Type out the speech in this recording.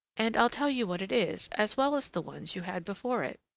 and i'll tell you what it is, as well as the ones you had before it.